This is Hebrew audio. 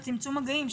בצמצום מגעים.